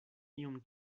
iom